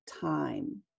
time